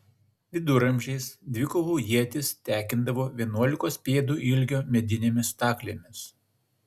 viduramžiais dvikovų ietis tekindavo vienuolikos pėdų ilgio medinėmis staklėmis